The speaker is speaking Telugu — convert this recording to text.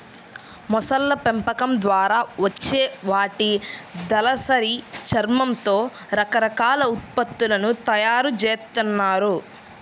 మొసళ్ళ పెంపకం ద్వారా వచ్చే వాటి దళసరి చర్మంతో రకరకాల ఉత్పత్తులను తయ్యారు జేత్తన్నారు